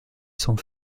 sont